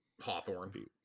hawthorne